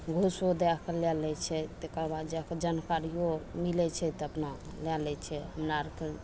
घूसो दए कऽ लए लै छै तकर बाद जाकऽ जानकारियो मिलय छै तऽ अपना लए लै छै हमरा अरके